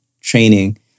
training